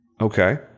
Okay